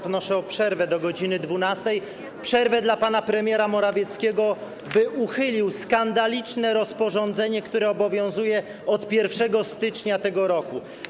Wnoszę o przerwę do godz. 12, przerwę dla pana premiera Morawieckiego, by uchylił skandaliczne rozporządzenie, które obowiązuje od 1 stycznia tego roku.